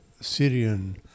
Syrian